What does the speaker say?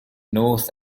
north